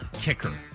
kicker